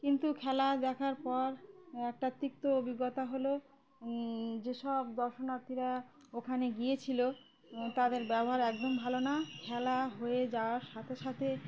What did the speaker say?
কিন্তু খেলা দেখার পর একটা তিক্ত অভিজ্ঞতা হলো যেসব দর্শনার্থীরা ওখানে গিয়েছিল তাদের ব্যবহার একদম ভালো না খেলা হয়ে যাওয়ার সাথে সাথে